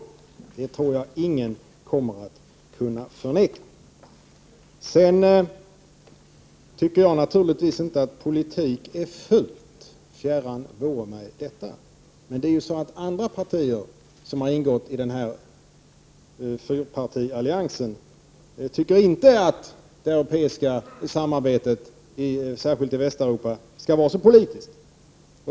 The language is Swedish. Det tror jag ingen kommer att kunna förneka. Jag tycker naturligtvis inte att politik är fult. Fjärran vore mig detta! Men andra partier som har ingått i den här fyrpartialliansen tycker inte att det europeiska samarbetet, särskilt i Västeuropa, skall vara så politiskt.